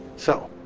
so,